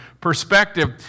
perspective